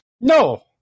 No